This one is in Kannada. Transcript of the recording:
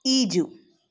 ಈಜು